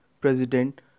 President